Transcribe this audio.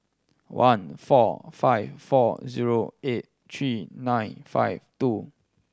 one four five four zero eight three nine five two